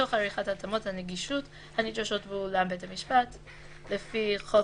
תוך עריכת התאמות הנגישות הנדרשות באולם בית המשפט לפי חוק